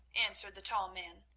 answered the tall man.